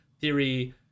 theory